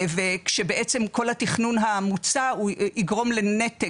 וכשבעצם כל התכנון המוצע הוא יגרום לנתק,